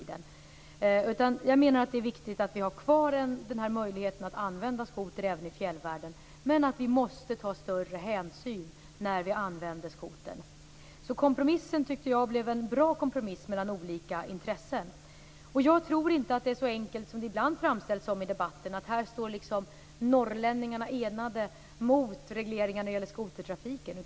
Det är viktigt att vi har kvar möjligheten att använda skotern även i fjällvärlden, men vi måste ta större hänsyn när vi använder skotern. Jag tycker att det blev en bra kompromiss mellan olika intressen. Jag tror inte att det är så enkelt som det ibland framställs i debatten, alltså att här står norrlänningarna enade mot regleringar när det gäller skotertrafiken.